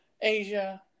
Asia